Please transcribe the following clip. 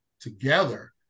together